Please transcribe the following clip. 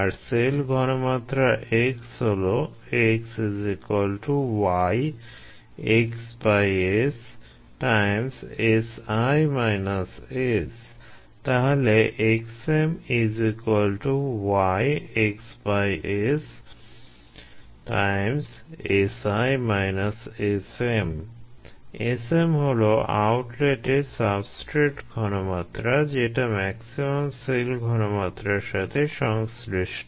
আর cell ঘনমাত্রা x হলো তাহলে Sm হলো আউটলেটে সাবস্ট্রেট ঘনমাত্রা যেটা ম্যাক্সিমাম সেল ঘনমাত্রার সাথে সংশ্লিষ্ট